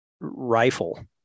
rifle